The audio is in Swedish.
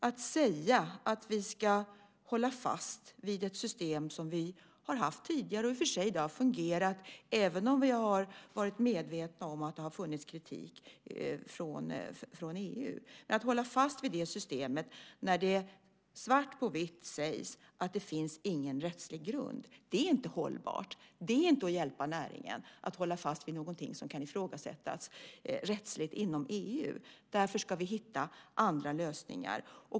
Att säga att vi ska hålla fast vid ett system som vi har haft tidigare - det har i och för sig fungerat, även om vi har varit medvetna om att det har funnits kritik från EU - när det svart på vitt sägs att det inte finns någon rättslig grund är inte hållbart. Det är inte att hjälpa näringen att hålla fast vid någonting som kan ifrågasättas rättsligt inom EU. Därför ska vi hitta andra lösningar.